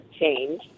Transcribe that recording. change